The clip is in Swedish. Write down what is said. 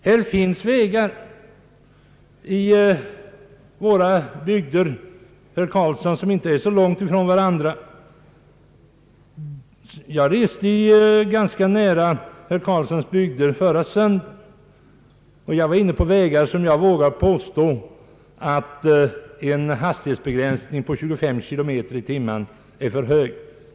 Det finns i vårt land vägar, herr Göran Karlsson, som ligger nära varandra men som är mycket olika i fråga om standarden. Förra söndagen reste jag i närheten av herr Göran Karlssons bygder och var då inne på en väg, om vilken jag vågar påstå att en hastighetsbegränsning till 25 km i timmen är för hög.